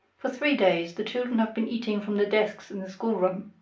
for three days the children have been eating from the desks in the schoolroom.